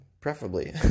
preferably